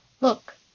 Look